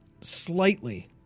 slightly